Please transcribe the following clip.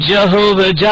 Jehovah